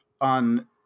on